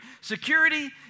Security